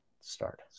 start